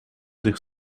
ligt